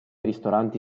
ristoranti